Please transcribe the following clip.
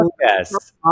yes